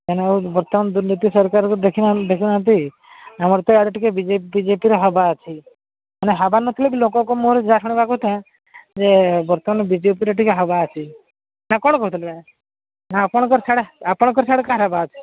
ସେମାନେ ଆଉ ବର୍ତ୍ତମାନ ର୍ଦୁନୀତି ସରକାରଙ୍କୁ ଦେଖୁ ନାହାନ୍ତି ଆମର ତ ଇଆଡ଼େ ଟିକେ B J P B J P ହାୱା ଅଛି ହାୱା ନ ଥିଲେ ଲୋକଙ୍କ ମୁହଁରେ କଥା ଯେ ବର୍ତ୍ତମାନ ବିଜେପିର ଟିକେ ହାୱା ଅଛି ନା କ'ଣ କହୁଥିଲେ ବା ଆପଣଙ୍କର ଛାଡ଼ ଆପଣଙ୍କର ସିଆଡ଼େ କାହାର ହାୱା ଅଛି